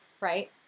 right